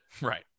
Right